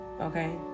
okay